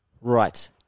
Right